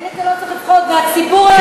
ממני אתה לא צריך לפחד, מהציבור הרחב.